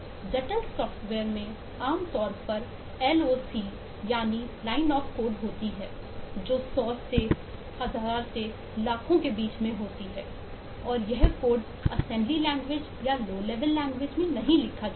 जटिल सॉफ्टवेयर में आमतौर पर एल ओ सी यानी लाइन ऑफ कोड होती है जो 100 से 1000 से लाखों के बीच में होती है और यह कोड असेंबली लैंग्वेज या लो लेवल लैंग्वेज में नहीं लिखा जाता है